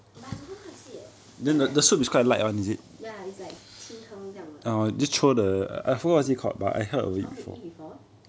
but I don't know what is it leh ya is like 清汤这样的 oh you eat before